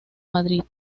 madrid